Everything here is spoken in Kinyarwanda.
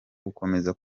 gukomeza